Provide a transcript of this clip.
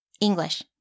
English